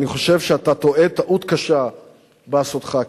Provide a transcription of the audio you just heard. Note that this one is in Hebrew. ואני חושב שאתה טועה טעות קשה בעשותך כן.